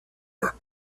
her